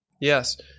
Yes